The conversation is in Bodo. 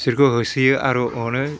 बिसोरखौ होसोयो आरो अरो